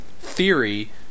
theory